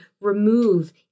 remove